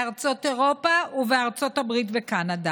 בארצות אירופה ובארצות הברית וקנדה.